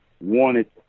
wanted